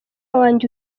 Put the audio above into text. wanjye